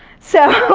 so